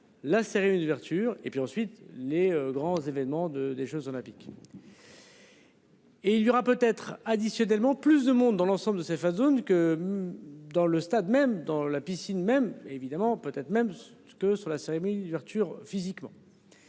la cérémonie d'ouverture et puis ensuite les grands événements de des Jeux olympiques. Et il y aura peut être additionnel m'en plus de monde dans l'ensemble de ses fans zones que. Dans le stade même dans la piscine même évidemment peut-être même. Que sur la CMU Arthur physiquement.